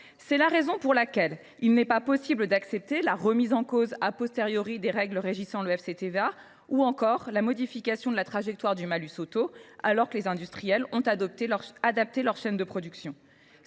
C’est la raison pour laquelle il n’est pas possible d’accepter la remise en cause des règles régissant le FCTVA ou encore la modification de la trajectoire du malus auto, alors que les industriels ont adapté leur chaîne de production.